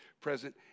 present